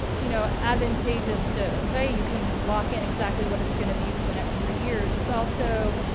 you know, advantageous to say you can lock in exactly what it's going to be for the next three years, it's also